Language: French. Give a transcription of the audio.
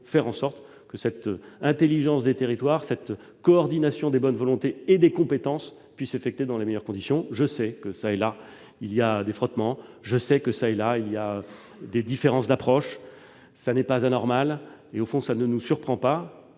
faire en sorte que cette intelligence des territoires, cette coordination des bonnes volontés et des compétences, puisse se faire dans les meilleures conditions. Je le sais, il y a çà et là des frottements et des différences d'approche ; ce n'est pas anormal et, au fond, cela ne nous surprend pas.